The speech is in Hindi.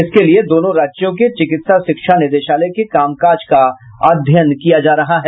इसके लिए दोनों राज्यों के चिकित्सा शिक्षा निदेशालय के काम काज का अध्ययन किया जा रहा है